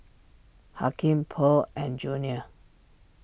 Hakim Pearl and Junior